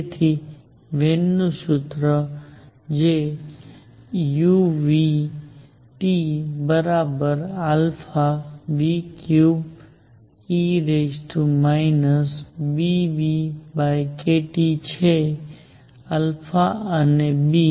તેથી વેનનું સૂત્ર એ u α3e βνkT છે અને કોન્સ્ટન્ટ્સ